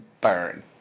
Burn